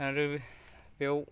आरो बेयाव